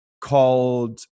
called